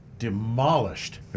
demolished